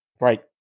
Right